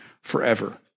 forever